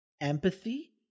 empathy